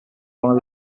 one